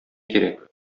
кирәк